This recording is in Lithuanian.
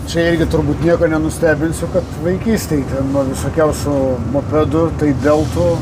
čia irgi turbūt nieko nenustebinsiu kad vaikystėj nuo visokiausių mopedų tai dėl to